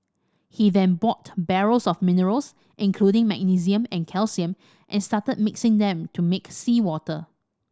he then bought barrels of minerals including magnesium and calcium and started mixing them to make seawater